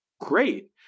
Great